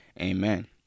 Amen